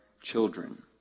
children